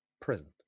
present